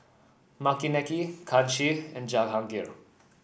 Makineni Kanshi and Jahangir